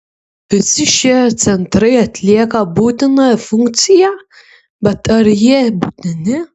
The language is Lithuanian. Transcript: visi šie centrai atlieka būtiną funkciją bet ar jie būtini